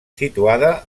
situada